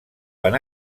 van